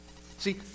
See